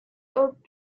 old